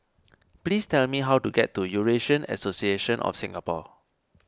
please tell me how to get to Eurasian Association of Singapore